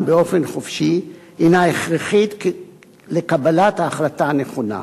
באופן חופשי הינה הכרחית לקבלת ההחלטה הנכונה.